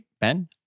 Ben